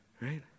Right